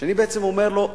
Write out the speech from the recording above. אני בעצם אומר לו,